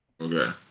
Okay